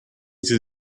sie